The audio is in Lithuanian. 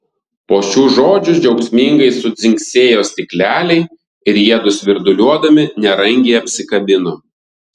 po šių žodžių džiaugsmingai sudzingsėjo stikleliai ir jiedu svirduliuodami nerangiai apsikabino